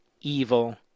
evil